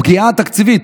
הפגיעה התקציבית.